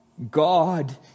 God